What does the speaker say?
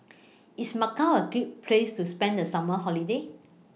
IS Macau A Great Place to spend The Summer Holiday